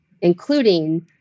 including